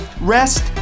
rest